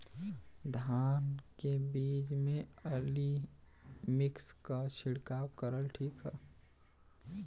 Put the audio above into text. धान के बिज में अलमिक्स क छिड़काव करल ठीक ह?